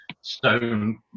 stone